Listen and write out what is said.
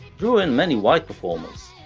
drew in many white performers,